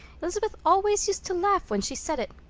elizabeth always used to laugh when she said it.